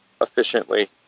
efficiently